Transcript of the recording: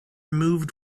moved